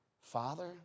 Father